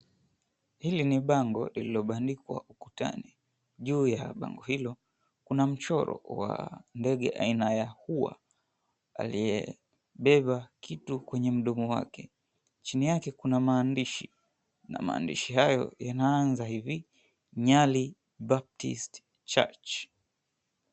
Hili ni bango lililobandikwa ukutani. Juu ya bango hilo, kuna mchoro wa ndege aina ya hua aliyebeba kitu kwenye mdomo wake. Chini yake kuna maandishi na maandishi hayo yanaanza hivi, Nyali Baptist Church.